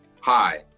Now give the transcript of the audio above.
Hi